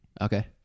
Okay